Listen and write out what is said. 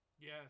Yes